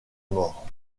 mort